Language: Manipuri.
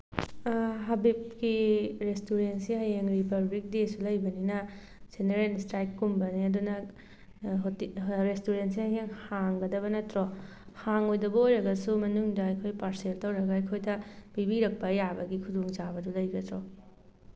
ꯍꯥꯕꯤꯕꯀꯤ ꯔꯦꯁꯇꯨꯔꯦꯟꯁꯦ ꯍꯌꯦꯡ ꯔꯤꯄꯥꯕ꯭ꯂꯤꯛ ꯗꯦꯁꯨ ꯂꯩꯕꯅꯤꯅ ꯖꯦꯅꯦꯔꯦꯜ ꯏꯁꯇ꯭ꯔꯥꯏꯛ ꯀꯨꯝꯕꯅꯦ ꯑꯗꯨꯅ ꯍꯣꯇꯦꯜ ꯔꯦꯁꯇꯨꯔꯦꯟꯁꯦ ꯍꯌꯦꯡ ꯍꯥꯡꯒꯗꯕ ꯅꯠꯇ꯭ꯔꯣ ꯍꯥꯡꯉꯣꯏꯗꯕ ꯑꯣꯏꯔꯒꯁꯨ ꯃꯅꯨꯡꯗ ꯑꯩꯈꯣꯏ ꯄꯥꯔꯁꯦꯜ ꯇꯧꯔꯒ ꯑꯩꯈꯣꯏꯗ ꯄꯤꯕꯤꯔꯛꯄ ꯌꯥꯕꯒꯤ ꯈꯨꯗꯣꯡ ꯆꯥꯕꯗꯣ ꯂꯩꯒꯗ꯭ꯔꯣ